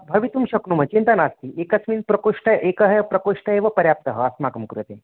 भवितुं शक्नुमः चिन्ता नास्ति एकस्मिन् प्रकोष्ठे एकः प्रकोष्ठः एव पर्याप्तः अस्माकं कृते